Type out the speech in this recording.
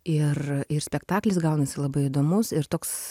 ir ir spektaklis gaunasi labai įdomus ir toks